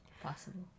Possible